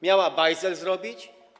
Miała bajzel zrobić?